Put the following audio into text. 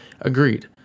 Agreed